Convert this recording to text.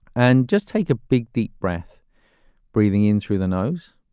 and just take a big, deep breath breathing in through the nose